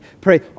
pray